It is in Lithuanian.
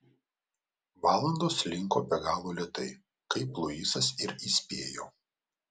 valandos slinko be galo lėtai kaip luisas ir įspėjo